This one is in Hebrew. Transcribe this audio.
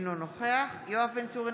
אינו נוכח יואב בן צור,